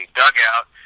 dugout